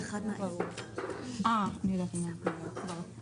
הריבית על הפיקדונות עלתה בקצב נמוך מהריבית על